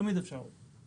תמיד אפשר עוד.